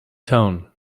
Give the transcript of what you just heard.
tone